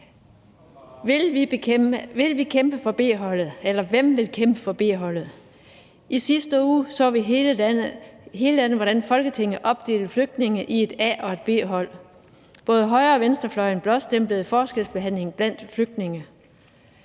Hvem vil kæmpe for B-holdet? I sidste uge så hele landet, hvordan Folketinget opdelte flygtninge i et A- og et B-hold, og både højre- og venstrefløjen blåstemplede forskelsbehandlingen blandt flygtninge.